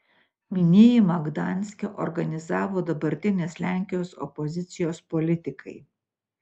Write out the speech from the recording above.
minėjimą gdanske organizavo dabartinės lenkijos opozicijos politikai